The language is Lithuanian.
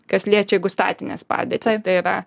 kas liečia jeigu statinės padėtys tai yra